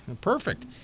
perfect